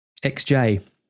XJ